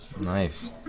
Nice